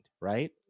right